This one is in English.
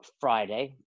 Friday